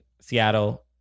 Seattle